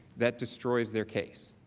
that destroyed their case.